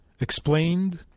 explained